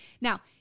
now